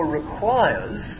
requires